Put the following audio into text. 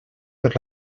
per